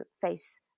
face